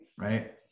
right